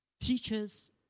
teachers